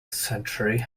century